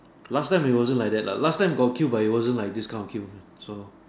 last time it wasn't like that lah last time got queue but it wasn't like these kind of queue so